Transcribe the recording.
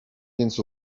więc